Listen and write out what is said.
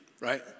right